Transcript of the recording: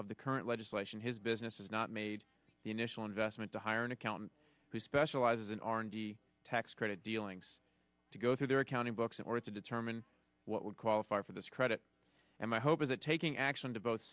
of the current legislation his business is not made the initial investment to hire an accountant who specializes in r and d tax credit dealings to go through their accounting books in order to determine what would qualify for this credit and my hope is that taking action to both